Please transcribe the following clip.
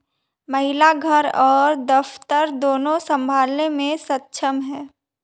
महिला घर और दफ्तर दोनो संभालने में सक्षम हैं